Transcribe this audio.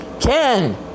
Ken